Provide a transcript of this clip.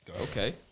Okay